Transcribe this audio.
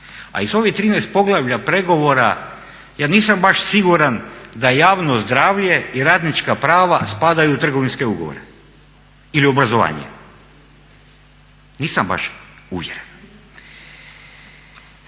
a iz ovih 13 poglavlja pregovora ja nisam baš siguran da javno zdravlje i radnička prava spadaju u trgovinske ugovore ili u obrazovanje, nisam baš uvjeren.